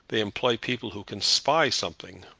they employ people who can spy something.